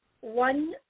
one